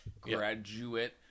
graduate